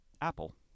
apple